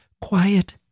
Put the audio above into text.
quiet